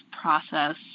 process